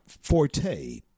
forte